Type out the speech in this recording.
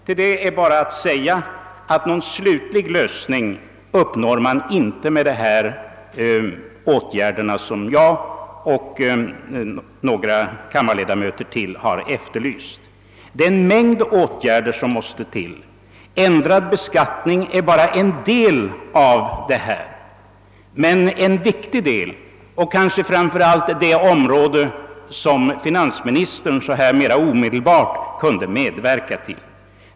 Till detta är bara att säga att någon slutlig lösning givetvis inte kan uppnås på denna väg. En mängd åtgärder måste till utöver dem som jag och några andra kammarledamöter nu efterlyst. ändrad beskattning är bara en åtgärd, men en viktig sådan, och det är framför allt på det området som finansministern omedelbart kan medverka till en förbättring av situationen.